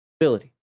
ability